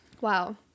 wow